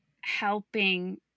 helping